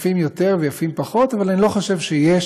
יפים יותר ויפים פחות, אבל אני לא חושב שיש